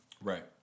right